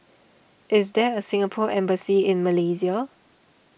is there a Singapore Embassy in Malaysia